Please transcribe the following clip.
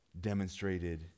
demonstrated